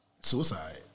suicide